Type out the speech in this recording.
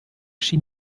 schien